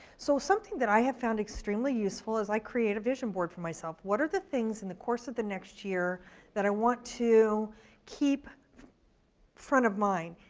so something that i have found extremely useful is i create a vision board for myself. what are the things in the course of the next year that i want to keep front of mind.